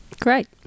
Great